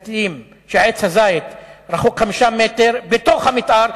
הזית לידו רחוק 5 מטרים, בתוך המיתאר.